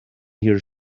here